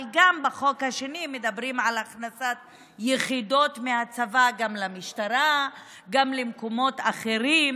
אבל בחוק השני מדברים גם על הכנסת יחידות מהצבא למשטרה ולמקומות אחרים.